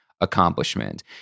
accomplishment